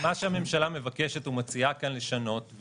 מה שהממשלה מבקשת או מציעה כאן לשנות,